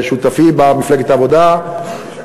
שותפי במפלגת העבודה,